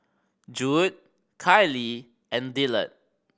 Judd Kiley and Dillard